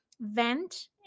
vent